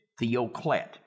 Theoclet